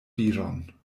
viron